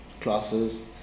classes